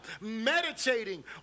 meditating